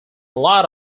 lot